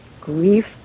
Grief